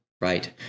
right